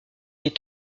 est